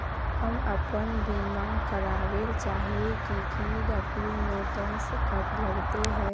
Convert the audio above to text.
हम अपन बीमा करावेल चाहिए की की डक्यूमेंट्स लगते है?